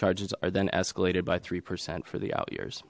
charges are then escalated by three percent for the out years